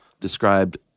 described